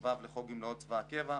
67ו לחוק גמלאות צבא הקבע,